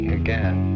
again